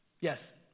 Yes